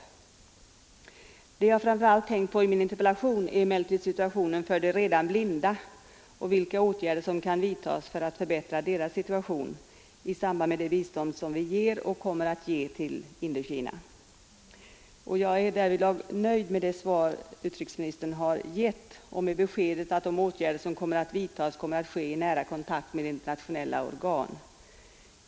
Vad jag emellertid framför allt har tänkt på i min interpellation är situationen för de redan blinda och vilka åtgärder som kan vidtas för att förbättra deras situation i samband med det bistånd vi ger och kommer att ge till Indokina. Jag är därvidlag nöjd med det svar utrikesministern har givit och med beskedet att de åtgärder som kommer att vidtas kommer att ske i nära kontakt med internationella organ.